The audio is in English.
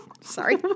Sorry